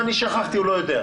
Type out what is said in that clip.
מה שאני שכחתי, הוא לא יודע.